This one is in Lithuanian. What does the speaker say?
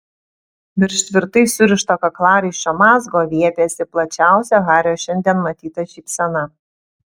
virš tvirtai surišto kaklaraiščio mazgo viepėsi plačiausia hario šiandien matyta šypsena